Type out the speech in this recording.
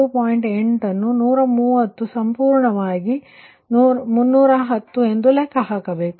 8 ಅನ್ನು 130 ಸಂಪೂರ್ಣವಾಗಿ 310 ಎಂದು ಲೆಕ್ಕ ಹಾಕಬೇಕು